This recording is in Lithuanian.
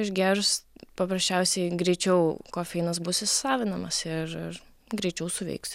išgėrus paprasčiausiai greičiau kofeinas bus įsisavinamas ir ir greičiau suveiks